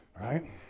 Right